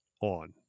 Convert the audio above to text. on